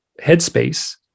headspace